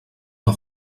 una